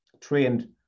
trained